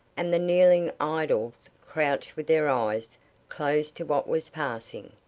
and the kneeling idols crouched with their eyes closed to what was passing,